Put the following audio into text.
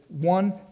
one